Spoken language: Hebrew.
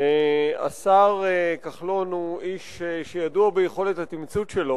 השר כחלון הוא איש שידוע ביכולת התִמצות שלו,